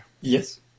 yes